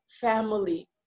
family